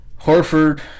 Horford